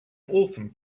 awesome